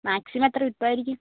maximum എത്ര കിട്ടുമായിരിക്കും